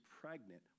pregnant